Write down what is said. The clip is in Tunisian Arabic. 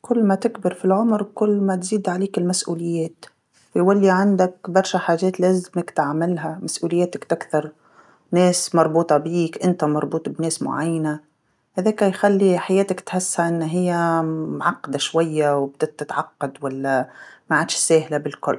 كل ما تكبر في العمر كل ما تزيد عليك المسؤوليات، ويولي عندك برشا حاجات لازملك تعملها، مسؤولياتك تكثر، ناس مربوطه بيك، أنت مبروط بناس معينه، هذاكا يخلي حياتك تحسها أنها هي معقده شويه وت- تتعقد ولا ماعادش ساهله بالكل،